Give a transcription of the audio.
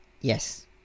yes